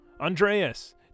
Andreas